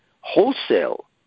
wholesale